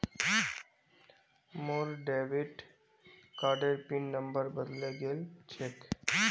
मोर डेबिट कार्डेर pin number बदले गेल छेक